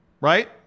right